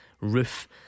Roof